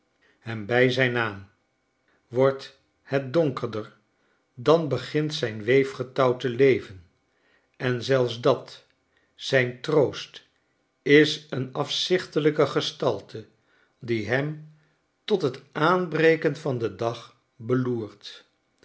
hem by zijn naam wordt het donkerder dan begint zijn weefgetouw te leven en zelfs dat zijn troost is een afzichtelijke gestalte die hem tot het aanbreken van den dag beloert